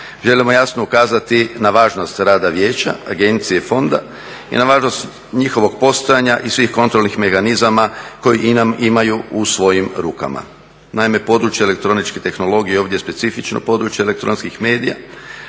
želimo jasno ukazati na važnost rada vijeća, agencije i fonda i na važnost njihovog postojanja i svih kontrolnih mehanizama koje imaju u svojim rukama. Naime, područje elektroničke tehnologije je ovdje specifično područje elektronskih medija,